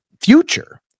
future